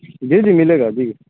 جی جی ملے گا جی